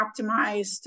optimized